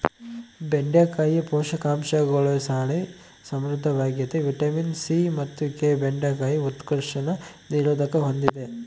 ಬೆಂಡೆಕಾಯಿ ಪೋಷಕಾಂಶಗುಳುಲಾಸಿ ಸಮೃದ್ಧವಾಗ್ಯತೆ ವಿಟಮಿನ್ ಸಿ ಮತ್ತು ಕೆ ಬೆಂಡೆಕಾಯಿ ಉತ್ಕರ್ಷಣ ನಿರೋಧಕ ಹೂಂದಿದೆ